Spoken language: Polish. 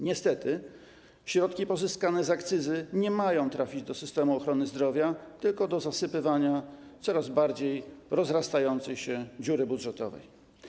Niestety środki pozyskane z akcyzy nie mają trafić do systemu ochrony zdrowia, tylko mają służyć do zasypywania coraz bardziej rozrastającej się dziury budżetowej.